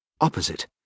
Opposite